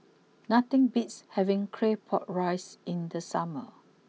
nothing beats having Claypot Rice in the summer